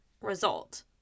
result